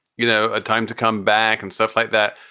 you know, a time to come back and stuff like that.